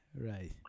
Right